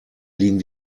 liegen